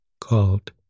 called